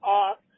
off